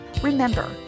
Remember